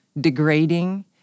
degrading